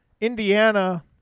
Indiana